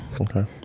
okay